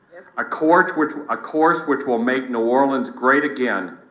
a course which ah course which will make new orleans great again,